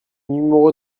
numéro